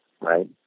right